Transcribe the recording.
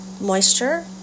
moisture